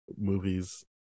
movies